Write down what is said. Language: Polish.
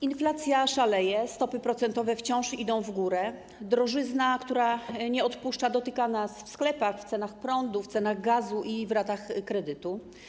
Inflacja szaleje, stopy procentowe wciąż idą w górę, drożyzna, która nie odpuszcza, dotyka nas w sklepach, w cenach prądu, w cenach gazu i w ratach kredytów.